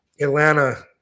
Atlanta